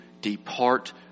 depart